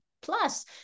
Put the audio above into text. plus